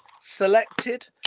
selected